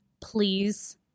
please